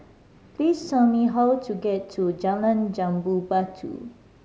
please tell me how to get to Jalan Jambu Batu